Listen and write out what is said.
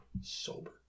sober